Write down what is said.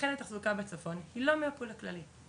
ולכן התחזוקה בצפון היא לא מהפול הכללי.